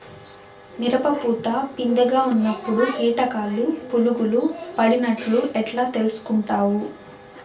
మిరప పూత పిందె గా ఉన్నప్పుడు కీటకాలు పులుగులు పడినట్లు ఎట్లా తెలుసుకుంటావు?